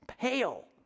pale